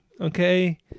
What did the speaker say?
okay